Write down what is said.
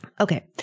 Okay